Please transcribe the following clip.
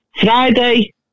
Friday